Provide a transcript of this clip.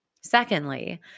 Secondly